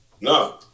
No